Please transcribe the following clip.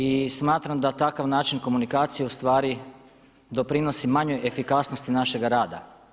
I smatram da takav način komunikacije u stvari doprinosi manjoj efikasnosti našega rada.